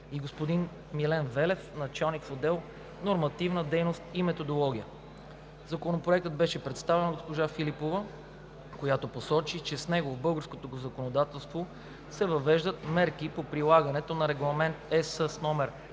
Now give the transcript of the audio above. и господин Милен Велев – началник в отдел „Нормативна дейност и методология“. Законопроектът беше представен от госпожа Филипова, която посочи, че с него в българското законодателство се въвеждат мерки по прилагането на Регламент (ЕС)